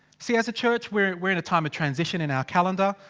see as a church, we're we're in a time of transition in our calendar.